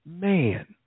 man